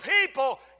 people